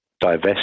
divest